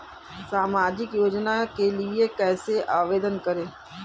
सामाजिक योजना के लिए कैसे आवेदन करें?